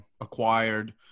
acquired